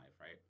right